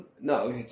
No